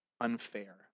unfair